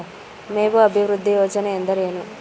ಮೇವು ಅಭಿವೃದ್ಧಿ ಯೋಜನೆ ಎಂದರೇನು?